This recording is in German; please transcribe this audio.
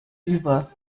über